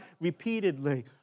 repeatedly